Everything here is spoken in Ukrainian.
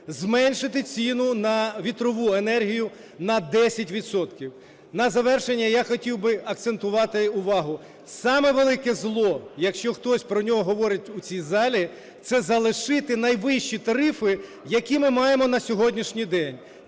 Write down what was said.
зменшити ціну на вітрову енергію на 10 відсотків. На завершення я хотів би акцентувати увагу: саме велике зло, якщо хтось про нього говорить у цій залі, – це залишити найвищі тарифи, які ми маємо на сьогоднішній день.